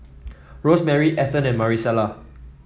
Rosemary Ethen and Marisela